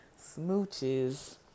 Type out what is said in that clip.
Smooches